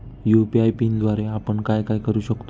UPI पिनद्वारे आपण काय काय करु शकतो?